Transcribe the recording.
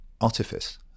artifice